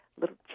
little